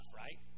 right